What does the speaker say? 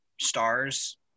stars